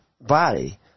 body